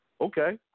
okay